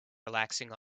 relaxing